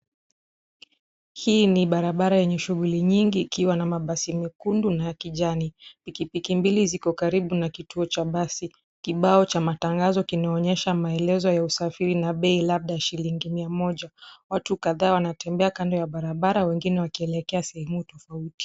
Hii ni barabara yenye shughuli nyingi ikiwa na mabasi mekundu na ya kijani. Pikipiki mbili ziko karibu na kituo cha basi. Kibao cha matangazo kinaonyesha maelezo ya usafiri na bei labda shilingi mia moja. Watu kadhaa wanatembea kando ya barabara wengine wakielekea sehemu tofauti.